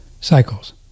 cycles